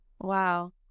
Wow